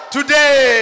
Today